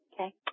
Okay